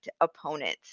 opponents